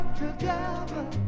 together